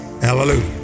hallelujah